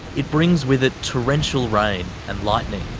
it brings with it torrential rain and lightning.